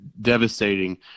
devastating